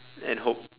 and hope